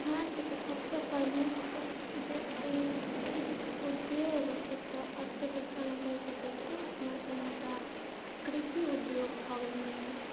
बिहारके तऽ सबसँ प्रमुख जे अइ उद्योग से तऽ अर्थव्यवस्थामे कहि सकै छी अपना सबमे तऽ कृषि उद्योग भऽ गेल मेन